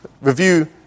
review